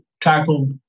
tackled